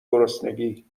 گرسنگی